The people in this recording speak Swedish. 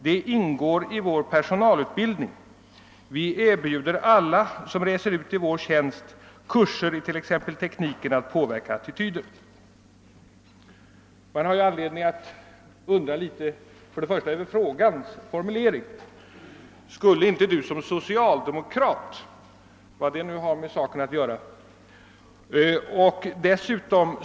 Det ingår i vår personalutbildning, vi erbjuder alla som reser ut i vår tjänst kurser i t.ex. tekniken att påverka attityder.» Först och främst har man anledning undra litet över frågans formulering: »Skulle inte du som socialdemokrat>. Vad har nu det med saken att skaffa?